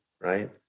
right